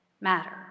matter